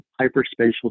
hyperspatial